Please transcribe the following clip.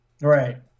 Right